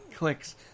clicks